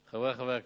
חברי חברי הכנסת,